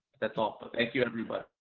that's all, thank you everybody.